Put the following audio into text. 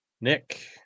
Nick